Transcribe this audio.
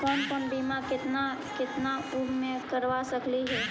कौन कौन बिमा केतना केतना उम्र मे करबा सकली हे?